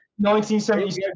1977